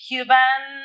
Cuban